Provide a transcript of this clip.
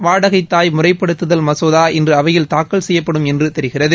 வாடகைத்தாய் முறைப்படுத்துதல் மசோதா இன்று அவையில் தாக்கல் செய்யப்படும் என்று தெரிகிறது